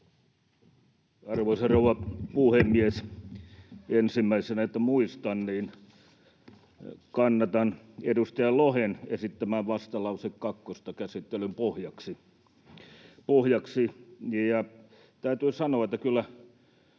Arvoisa rouva puhemies! Ensimmäisenä, jotta muistan, kannatan edustaja Lohen esittämää vastalause kakkosta käsittelyn pohjaksi. Täytyy sanoa, että kyllä